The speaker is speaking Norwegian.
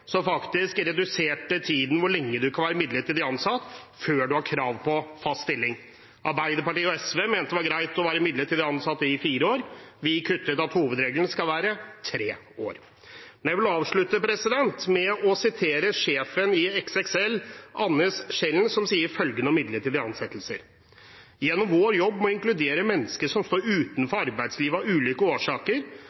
som faktisk reduserte tiden for hvor lenge man kan være midlertidig ansatt før man har krav på fast stilling. Arbeiderpartiet og SV mente det var greit å være midlertidig ansatt i 4 år. Vi kuttet – hovedregelen skal være 3 år. Jeg vil avslutte med å si hva sjefen i XXL, Anders Kjellén, sier om midlertidige ansettelser: Gjennom vår jobb med å inkludere mennesker som står